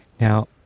Now